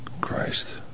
Christ